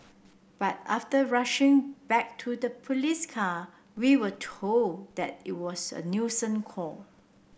but after rushing back to the police car we were told that it was a call